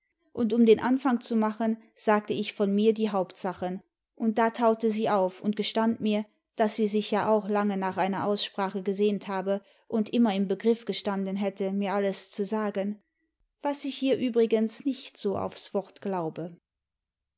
und um den anfang zu machen sagte ich von mir die hauptsachen und da taute sie auf und gestand mir daß sie sich ja auch lange nach einer aussprache gesehnt habe und immer im begriff gestanden hätte mir alles zu sagen was ich ihr übrigens nicht so aufs wort glaube